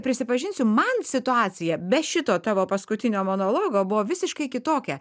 prisipažinsiu man situacija be šito tavo paskutinio monologo buvo visiškai kitokia